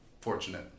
fortunate